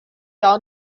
down